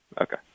okay